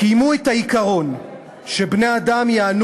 קיימו את העיקרון שבני-האדם ייהנו